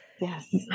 Yes